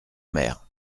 mer